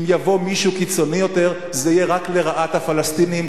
אם יבוא מישהו קיצוני יותר זה יהיה רק לרעת הפלסטינים,